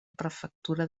prefectura